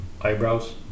Eyebrows